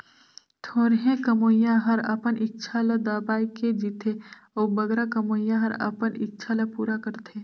थोरहें कमोइया हर अपन इक्छा ल दबाए के जीथे अउ बगरा कमोइया हर अपन इक्छा ल पूरा करथे